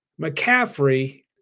McCaffrey